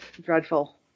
Dreadful